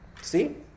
See